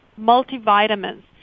Multivitamins